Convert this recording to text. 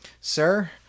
Sir